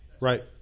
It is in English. right